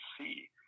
see